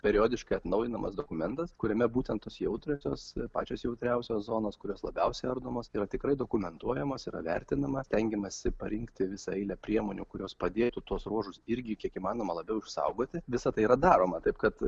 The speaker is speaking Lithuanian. periodiškai atnaujinamas dokumentas kuriame būtent tos jautriosios pačios jautriausios zonos kurios labiausiai ardomos yra tikrai dokumentuojamos yra vertinama stengiamasi parinkti visą eilę priemonių kurios padėtų tuos ruožus irgi kiek įmanoma labiau išsaugoti visa tai yra daroma taip kad